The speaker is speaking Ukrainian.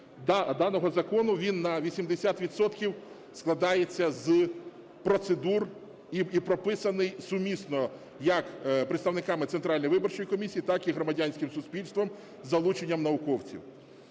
даного закону? Він на 80 відсотків складається з процедур і прописаний сумісно як представниками Центральної виборчої комісії, так і громадянським суспільством із залученням науковців.